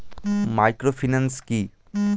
Microfinance কি?